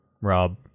Rob